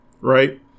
Right